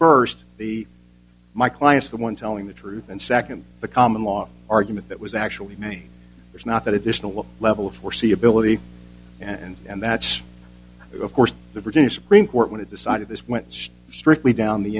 first the my client's the one telling the truth and second the common law argument that was actually me was not that additional level of foreseeability and that's of course the virginia supreme court when it decided this went to strictly down the